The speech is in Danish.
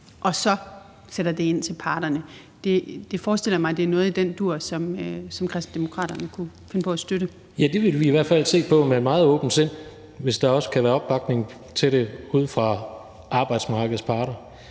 og så sender det ind til parterne. Jeg forestiller mig, det er noget i den dur, som Kristendemokraterne kunne finde på at støtte. Kl. 19:49 Jens Rohde (KD): Ja, det vil vi i hvert fald se på med meget åbent sind, hvis der også kan være opbakning til det ude fra arbejdsmarkedets parter.